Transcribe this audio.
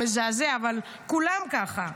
אבל כולם ככה.